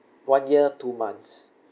one year two months